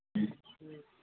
ᱦᱮᱸ